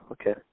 okay